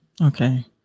Okay